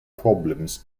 problems